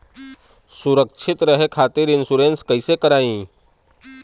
सुरक्षित रहे खातीर इन्शुरन्स कईसे करायी?